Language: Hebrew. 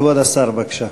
כבוד השר, בבקשה.